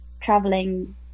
traveling